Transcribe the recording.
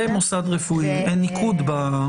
במוסד רפואי, אין ניקוד.